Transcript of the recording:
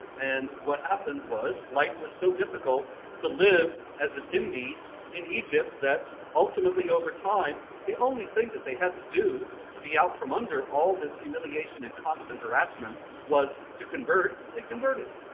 and what happened was life was so difficult to live as a dhimmi in egypt that ultimately over time the only thing that they had to do to be out from under all the humiliation and constant harassment was to convert. they converted.